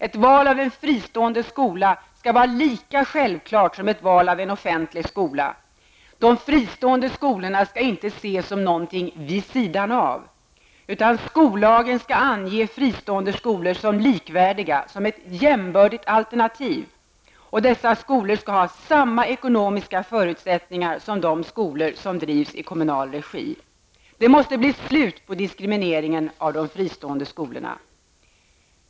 Ett val av en fristående skola skall vara lika självklart som ett val av en offentlig skola. De fristående skolorna skall inte ses som något ''vid sidan av''. Skollagen skall ange fristående skolor som likvärdiga, som ett jämbördigt alternativ. Dessa skolor skall ha samma ekonmiska förutsättningar som de skolor som drivs i kommunal regi. Det måste bli slut på diskrimineringen av de fristående skolorna!